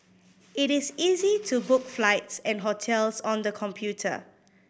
it is easy to book flights and hotels on the computer